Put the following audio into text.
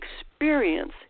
experience